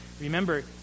remember